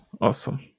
Awesome